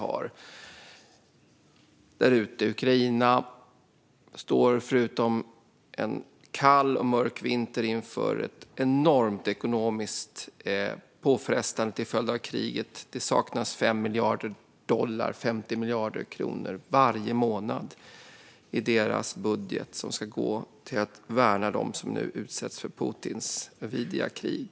Utöver en kall och mörk vinter står man i Ukraina inför en enorm ekonomisk påfrestning till följd av kriget. Det saknas 5 miljarder dollar, alltså 50 miljarder kronor, varje månad i den budget som ska gå till att värna dem som nu utsätts för Putins vidriga krig.